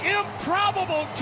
improbable